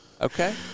Okay